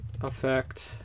effect